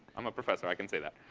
i'm a professor. i can say that.